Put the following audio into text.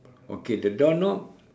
okay the door knob